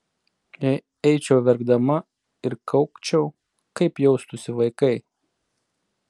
jei eičiau verkdama ir kaukčiau kaip jaustųsi vaikai